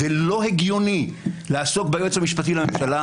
לא הגיוני לעסוק ביועץ המשפטי לממשלה